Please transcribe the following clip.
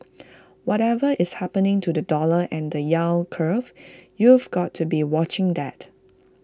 whatever is happening to the dollar and the yield curve you've got to be watching that